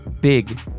big